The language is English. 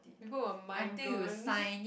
people were mind blown